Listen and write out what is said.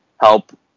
help